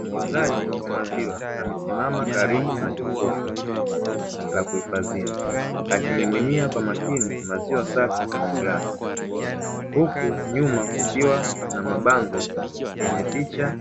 Muuzaji wa maziwa amesimama karibu na jokofu la kuhifadhia, akimiminia kwa makini maziwa safi kwenye glasi. Huku nyuma kukiwa na mabango yenye picha